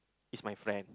is my friend